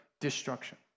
destruction